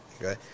Okay